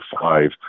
five